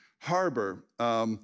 Harbor